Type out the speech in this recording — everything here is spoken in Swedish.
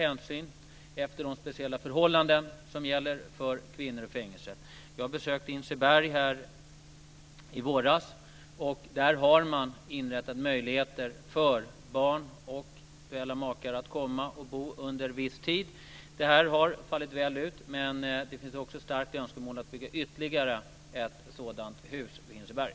De speciella förhållanden som gäller för kvinnor i fängelse innebär att det måste tas särskilda hänsyn. Jag besökte Hinseberg i våras. Man har inrättat möjligheter för barn och eventuella makar att bo där under viss tid. Det har fallit väl ut, och det finns önskemål om att man ska bygga ytterligare ett sådant hus på Hinseberg.